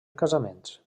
casaments